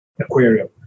aquarium